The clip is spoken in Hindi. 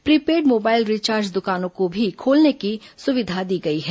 प्रीपेड मोबाइल रिचार्ज दुकानों को भी खोलने की सुविधा दी गई है